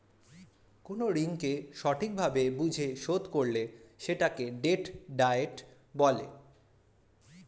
কোন ঋণকে সঠিক ভাবে বুঝে শোধ করলে সেটাকে ডেট ডায়েট বলে